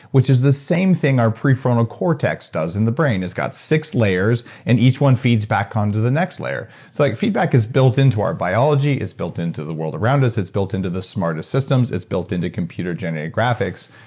which is the same thing our peripheral cortex does in the brain. it's got six layers and each one feeds back on to the next layer. it's like feedback is built into our biology. it's built in to the world around us. it's built in to the smartest systems. it's built in to computer generated graphics,